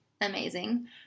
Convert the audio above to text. amazing